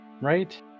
right